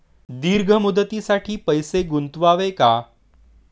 दीर्घ मुदतीसाठी पैसे गुंतवावे का?